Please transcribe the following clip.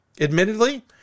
Admittedly